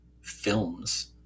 films